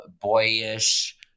boyish